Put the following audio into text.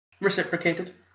Reciprocated